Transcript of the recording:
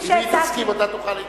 אם היא תסכים אתה תוכל להתנגד.